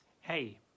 hey